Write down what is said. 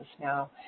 now